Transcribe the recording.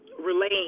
relaying